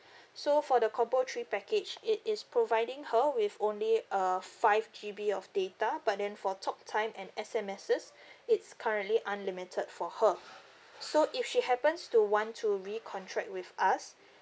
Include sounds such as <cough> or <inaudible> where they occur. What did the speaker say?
<breath> so for the combo three package it is providing her with only uh five G_B of data but then for talk time and S_M_S <breath> it's currently unlimited for her so if she happens to want to recontract with us